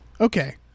Okay